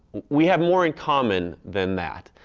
we have more in common than that.